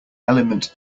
element